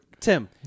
Tim